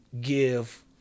give